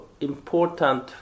important